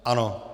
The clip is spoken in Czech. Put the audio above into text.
Ano.